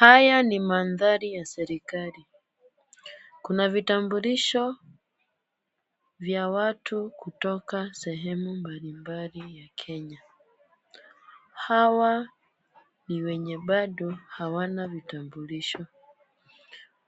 Haya ni mandhari ya serikali. Kuna vitambulisho vya watu kutoka sehemu mbalimbali ya Kenya. Hawa ni wenye bado hawana vitambulisho.